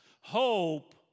Hope